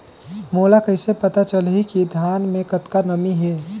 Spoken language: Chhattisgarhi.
मोला कइसे पता चलही की धान मे कतका नमी हे?